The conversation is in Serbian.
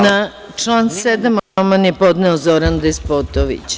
Na član 7. amandman je podneo Zoran Despotović.